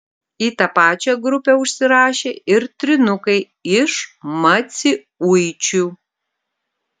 į tą pačią grupę užsirašė ir trynukai iš maciuičių